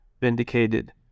vindicated